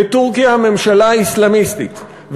בטורקיה ממשלה אסלאמיסטית,